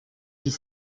dis